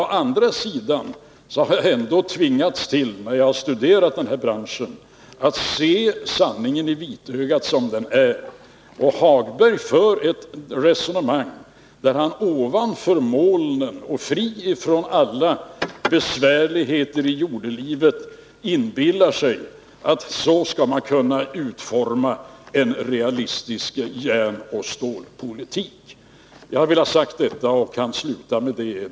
Å andra sidan vill jag säga att jag, när jag har studerat den här branschen, ändå har tvingats se sanningen i vitögat. Lars-Ove Hagberg för, fri från alla besvärligheter i jordelivet, ett resonemang ovanför molnen. Han inbillar sig att man på det viset skulle kunna utforma en realistisk järnoch stålpolitik. Jag har velat säga detta, och kan sluta med det.